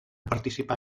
participar